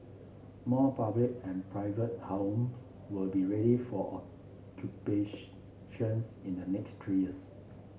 more public and private homes will be ready for in the next three years